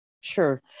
Sure